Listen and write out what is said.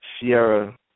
Sierra